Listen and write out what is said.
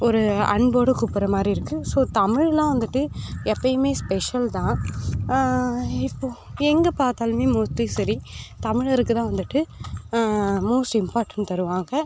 ஒரு அன்போடு கூப்பிற மாதிரி இருக்குது ஸோ தமிழ்னால் வந்துட்டு எப்பயுமே ஸ்பெஷல் தான் இப்போது எங்கே பார்த்தாலுமே மோஸ்ட்லி சரி தமிழருக்கு தான் வந்துட்டு மோஸ்ட் இம்பார்ட்டன்ட் தருவாங்க